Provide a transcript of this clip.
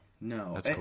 no